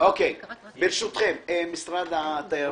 משרד התיירות,